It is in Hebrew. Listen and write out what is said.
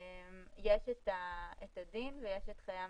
יש את הדין ויש את המעשה.